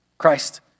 Christ